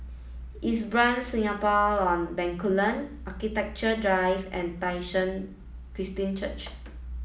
Singapore on Bencoolen Architecture Drive and Tai Seng Christian Church